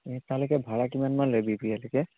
এই তাৰলৈকে ভাড়া কিমানমান লয় বিহপুৰীয়ালৈকে